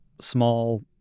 small